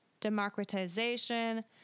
democratization